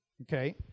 Okay